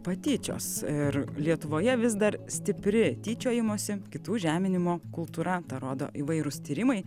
patyčios ir lietuvoje vis dar stipri tyčiojimosi kitų žeminimo kultūra tą rodo įvairūs tyrimai